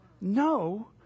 No